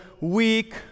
weak